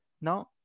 Now